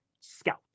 scout